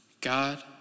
God